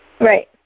Right